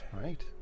Right